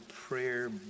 prayer